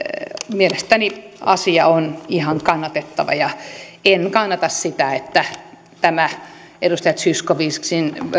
mielestäni asia on ihan kannatettava ja en katso että edustaja zyskowiczin